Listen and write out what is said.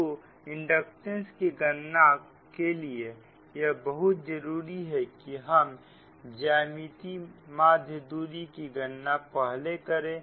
तो इंडक्टेंस की गणना के लिए यह बहुत जरूरी है कि हम ज्यामितीय माध्य दूरी की गणना पहले पहले करें